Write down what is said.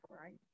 right